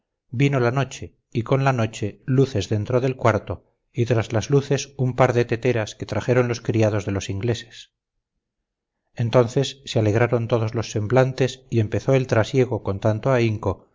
vino la noche y con la noche luces dentro del cuarto y tras las luces un par de teteras que trajeron los criados de los ingleses entonces se alegraron todos los semblantes y empezó el trasiego con tanto ahínco